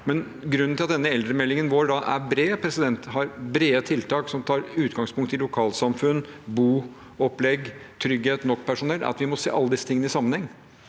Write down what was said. Grunnen til at eldremeldingen vår er bred, har brede tiltak som tar utgangspunkt i lokalsamfunn, boopplegg, trygghet og nok personell, er at vi må se alt dette i sammenheng.